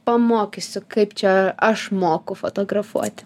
pamokysiu kaip čia aš moku fotografuoti